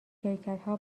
شرکتها